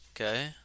Okay